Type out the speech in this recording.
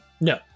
No